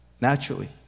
naturally